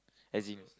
as in